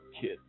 Kid